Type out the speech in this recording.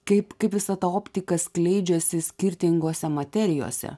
kaip kaip visa ta optika skleidžiasi skirtingose materijose